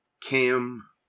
Cam